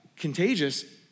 Contagious